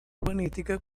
urbanística